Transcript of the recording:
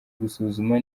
gusuzuma